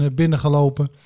binnengelopen